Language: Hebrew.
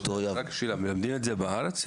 רק שאלה, מלמדים את זה בארץ?